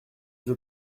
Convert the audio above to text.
veux